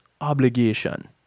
obligation